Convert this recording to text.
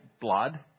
blood